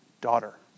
Daughter